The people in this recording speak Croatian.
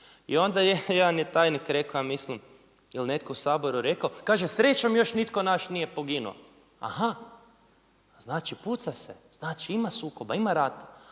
I ona je jedan je tajnik rekao, ja mislim, ili netko u Saboru rekao, kažem srećom još nitko naš nije poginuo. Aha, znači puca se, znači ima sukoba, ima rata,